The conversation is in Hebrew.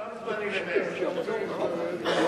גם זמני ל-120 שנה.